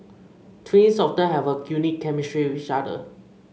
twins often have a unique chemistry with each other